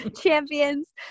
Champions